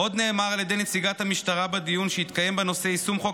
עוד נאמר על ידי נציגת המשטרה בדיון שהתקיים בנושא יישום חוק